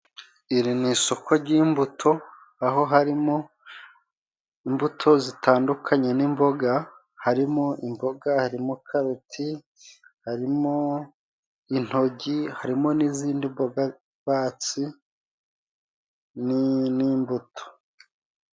Iri ni isoko ry'imbuto aho harimo imbuto zitandukanye n'imboga. Harimo imboga, harimo karoti, harimo intoryi harimo n'izindi mboga rwatsi n'imbuto.